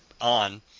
on